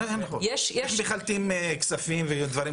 איך מחלטים כספים ודברים כאלה?